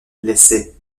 laissait